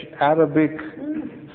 Arabic